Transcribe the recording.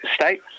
state